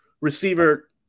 receiver